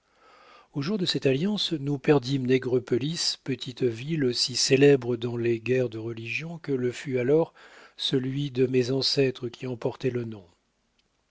aux jours de cette alliance nous perdîmes nègrepelisse petite ville aussi célèbre dans les guerres de religion que le fut alors celui de mes ancêtres qui en portait le nom